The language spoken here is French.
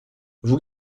vous